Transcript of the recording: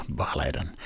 begeleiden